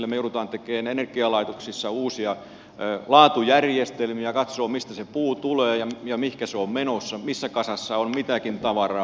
me joudumme tekemään energialaitoksissa uusia laatujärjestelmiä katsomaan mistä se puu tulee ja mihin se on menossa ja missä kasassa on mitäkin tavaraa